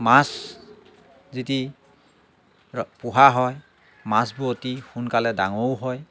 মাছ যদি ৰ পোহা হয় মাছবোৰ অতি সোনকালে ডাঙৰো হয়